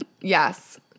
Yes